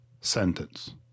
sentence